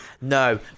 No